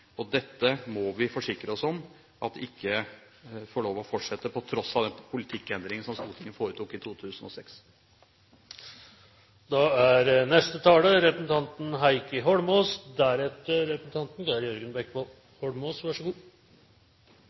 Dette må vi forsikre oss om ikke får lov til å fortsette, på tross av den politikkendringen som Stortinget foretok i